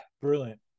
Brilliant